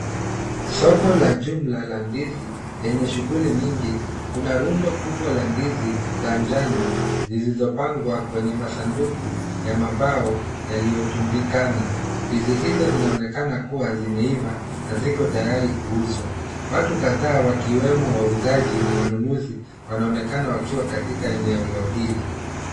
Soko la jumla la ndizi lenye shughuli nyingi kuna rundo kubwa la ndizi za njano zilizopangwa kwenye masanduku ya mabao yaliyotundikana, ndizi hizo zinaonekana kuwa zimeiva na ziko tayari kuuzwa, watu kadhaa wakiwemo wauzaji na wanunuzi wanaonekana wakiwa katika eneo hili.